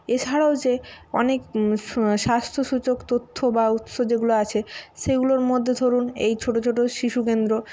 এছাড়াও যে অনেক স্বাস্থ্যসূচক তথ্য বা উৎস যেগুলো আছে সেগুলোর মধ্যে ধরুন এই ছোট ছোট শিশু কেন্দ্র